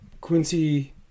Quincy